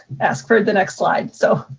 ask for the next slide. so